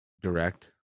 direct